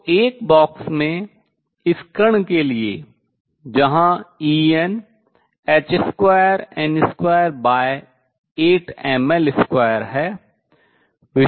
तो एक बॉक्स में इस कण के लिए जहां En h2n28mL2 है